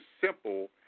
simple